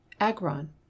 Agron